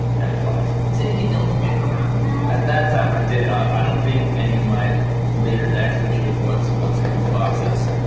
and it flies. so did you build a deck around that? at that time, i did, i don't think any of my later decks, which are what's what's in these boxes,